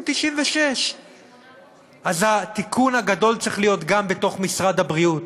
96. אז התיקון הגדול צריך להיות גם בתוך משרד הבריאות.